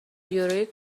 یوری